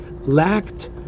lacked